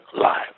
live